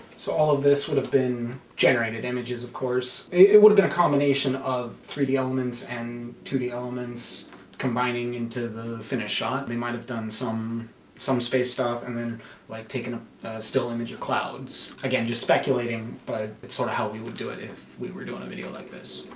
so all of this would have been generated images, of course, it would have been a combination of three d elements and two d elements combining into the finished shot. they might have done some some space stuff and then like taking a still image of clouds again just speculating but it's sort of how we would do it if we were doing a video like this